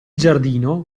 giardino